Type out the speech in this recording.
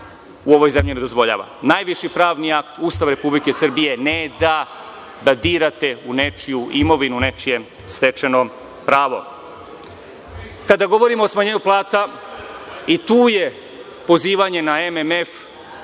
u ovoj zemlji ne dozvoljava. Najviši pravni akt, Ustav Republike Srbije ne da da dirate u nečiju imovinu, nečije stečeno pravo. Kada govorimo o smanjenju plata, i tu je pozivanje na MMF